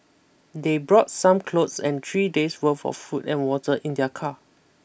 they brought some clothes and three days' worth of food and water in their car